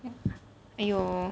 !aiyo!